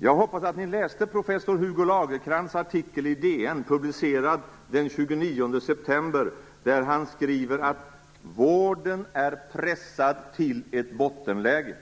Jag hoppas att ni läste professor Hugo Lagercrantz artikel i DN, publicerad den 29 september, där han skriver att vården är pressad till ett bottenläge